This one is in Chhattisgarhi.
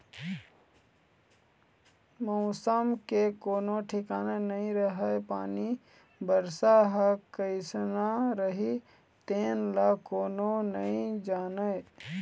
मउसम के कोनो ठिकाना नइ रहय पानी, बरसा ह कइसना रही तेन ल कोनो नइ जानय